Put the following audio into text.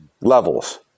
levels